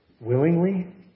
willingly